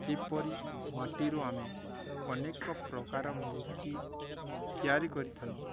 ଯେପରି ମାଟିରୁ ଆମେ ଅନେକ ପ୍ରକାର ମୃତ୍ତି ତିଆରି କରିଥାନ୍ତି